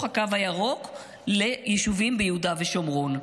הקו הירוק ליישובים ביהודה ושומרון.